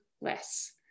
less